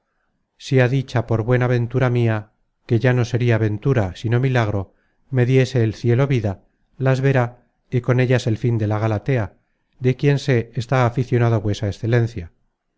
famoso bernardo si á dicha por buena ventura mia que ya no sería ventura sino milagro me diese el cielo vida las verá y con ellas el fin de la galatea de quien se está aficionado vuesa excelencia